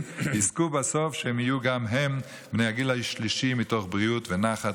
יזכו לכך שבסוף הם יהיו גם הם בני הגיל השלישי מתוך בריאות ונחת.